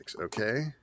Okay